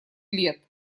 лет